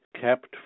kept